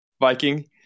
viking